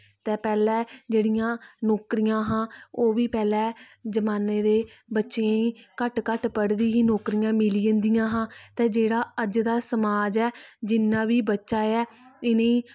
ते पैह्ले जेह्ड़ियां नौकरियां हां ओह् बी पैहले जमान्ने दे बच्चें गी घट्ट घट्ट पढ़े दे गी नौकरिया मिली जंदियां हां ते जेह्ड़ा अज्ज दा समाज ऐ जिन्ना बी बच्चा ऐ इ'नेंगी